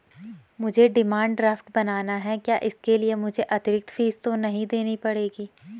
मुझे demand draft बनाना है क्या इसके लिए मुझे अतिरिक्त फीस तो नहीं देनी पड़ेगी?